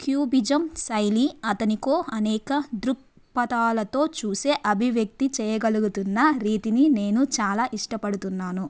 cubism శైలీ అతనికో అనేక దృక్పతాలతో చూసే అభివ్యక్తి చేయగలుగుతున్న రీతిని నేను చాలా ఇష్టపడుతున్నాను